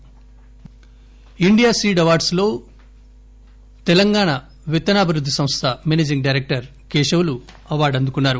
award India seed awards లో తెలంగాణ విత్తనాభివృద్ది సంస్థ మేసేజింగ్ డైరెక్టర్ కేశవులు అవార్డు అందుకున్నారు